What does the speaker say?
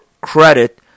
credit